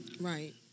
Right